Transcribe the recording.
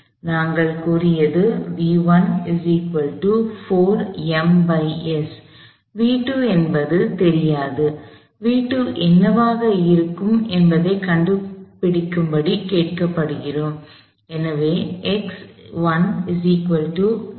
நாங்கள் கூறியது என்பது தெரியாதது என்னவாக இருக்கும் என்பதைக் கண்டுபிடிக்கும்படி கேட்கப்படுகிறோம்